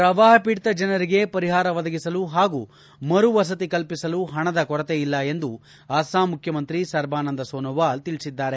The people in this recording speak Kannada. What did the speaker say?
ಪ್ರವಾಹ ಪೀಡಿತ ಜನರಿಗೆ ಪರಿಹಾರ ಒದಗಿಸಲು ಹಾಗೂ ಮರು ವಸತಿ ಕಲ್ಪಿಸಲು ಹಣದ ಕೊರತೆಯಿಲ್ಲ ಎಂದು ಅಸ್ವಾಂ ಮುಖ್ಯಮಂತ್ರಿ ಸರ್ಬಾನಂದ ಸೋನೋವಾಲ್ ತಿಳಿಸಿದ್ದಾರೆ